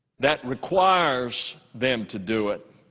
that requires them to do it,